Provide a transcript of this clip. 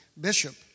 Bishop